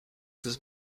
does